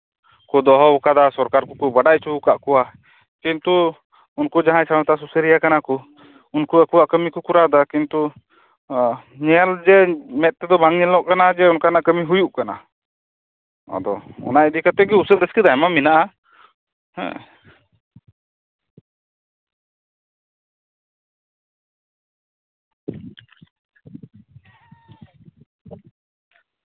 ᱠᱚ ᱫᱚᱦᱚᱣᱟᱠᱟᱫᱟ ᱥᱚᱨᱠᱟᱨ ᱠᱚᱠᱚ ᱵᱟᱰᱟᱭ ᱦᱚᱪᱚᱣᱟᱠᱟᱫ ᱠᱚᱣᱟ ᱠᱤᱱᱛᱩ ᱩᱱᱠᱩ ᱡᱟᱦᱟᱸᱭ ᱥᱟᱶᱛᱟ ᱥᱩᱥᱟᱹᱨᱤᱭᱟᱹ ᱠᱟᱱᱟ ᱠᱚ ᱩᱱᱠᱩ ᱟᱠᱚᱣᱟᱜ ᱠᱟᱹᱢᱤ ᱠᱚ ᱠᱚᱨᱟᱣᱫᱟ ᱠᱤᱱᱛᱩ ᱧᱮᱞ ᱡᱮ ᱢᱮᱸᱫ ᱛᱮᱫᱚ ᱵᱟᱹᱧ ᱧᱮᱞᱚᱜ ᱠᱟᱱᱟ ᱡᱮ ᱚᱱᱠᱟᱱᱟᱜ ᱠᱟᱹᱢᱤ ᱦᱩᱭᱩᱜ ᱠᱟᱱᱟ ᱟᱫᱚ ᱚᱱᱟ ᱤᱫᱤ ᱠᱟᱛᱮ ᱜᱮ ᱩᱥᱟᱹᱫ ᱟᱹᱥᱠᱟᱹ ᱫᱚ ᱟᱭᱢᱟ ᱢᱮᱱᱟᱜᱼᱟ ᱦᱮᱸ